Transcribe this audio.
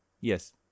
Yes